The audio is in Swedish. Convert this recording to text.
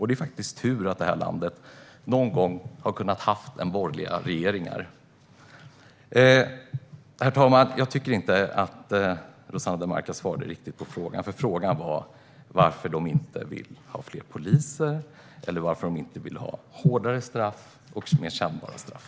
Det är faktiskt tur att det här landet någon gång har kunnat ha borgerlig regering. Herr talman! Jag tycker inte att Rossana Dinamarca riktigt svarade på frågan. Frågan var varför Vänsterpartiet inte vill ha fler poliser eller hårdare och mer kännbara straff.